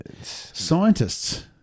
Scientists